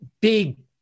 Big